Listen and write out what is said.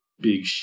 big